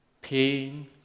pain